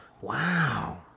Wow